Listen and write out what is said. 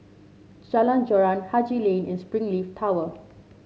Jalan Joran Haji Lane and Springleaf Tower